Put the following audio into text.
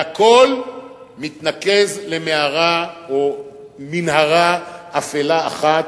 והכול מתנקז למערה או למנהרה אפלה אחת,